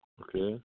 okay